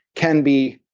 can be